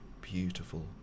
beautiful